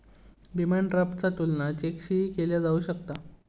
demand ड्राफ्टचा तुलना चेकशीही केला जाऊ शकता